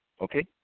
Okay